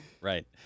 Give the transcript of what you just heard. right